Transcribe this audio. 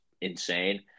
insane